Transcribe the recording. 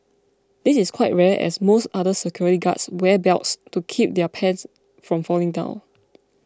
this is quite rare as most other security guards wear belts to keep their pants from falling down